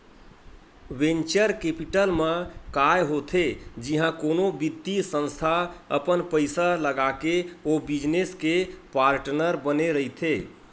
venture capital म काय होथे जिहाँ कोनो बित्तीय संस्था अपन पइसा लगाके ओ बिजनेस के पार्टनर बने रहिथे